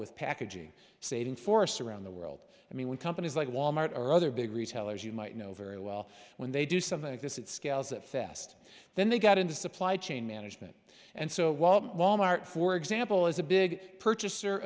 with packaging saving forests around the world i mean when companies like wal mart or other big retailers you might know very well when they do something like this it scales that fast then they got into supply chain management and so wal mart wal mart for example is a big purchaser